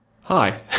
Hi